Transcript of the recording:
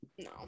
no